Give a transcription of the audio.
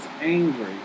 angry